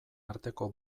arteko